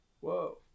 whoa